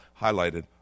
highlighted